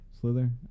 Slither